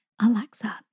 Alexa